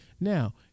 now